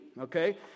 okay